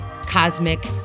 cosmic